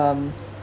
um